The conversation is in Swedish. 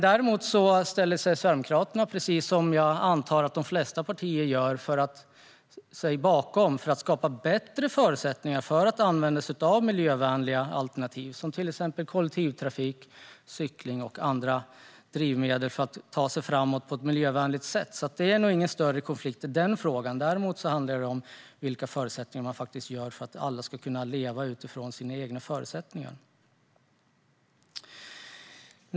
Däremot ställer sig Sverigedemokraterna - som jag antar att de flesta partier gör - bakom att skapa bättre förutsättningar för att använda sig av miljövänliga alternativ som till exempel kollektivtrafik, cykling och andra fordon för att ta sig fram på ett miljövänligt sätt. I den frågan finns det inte någon större konflikt. Däremot handlar det om att alla ska kunna leva utifrån sina egna förutsättningar.